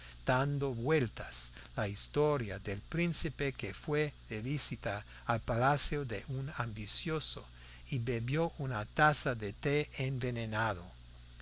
dando vueltas la historia del príncipe que fue de visita al palacio de un ambicioso y bebió una taza de té envenenado